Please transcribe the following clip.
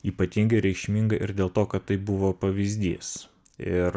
ypatingai reikšminga ir dėl to kad tai buvo pavyzdys ir